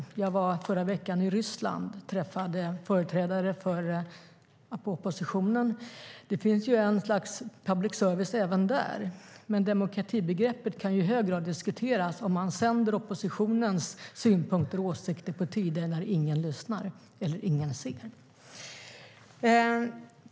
Apropå opposition: I förra veckan var jag i Ryssland och träffade företrädare för deras så kallade public service. Demokratibegreppet kan dock i hög grad diskuteras eftersom oppositionens synpunkter och åsikter sänds på tider när ingen lyssnar eller ser.